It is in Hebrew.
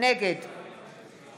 נגד היבה יזבק, אינה נוכחת